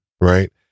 right